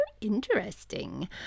interesting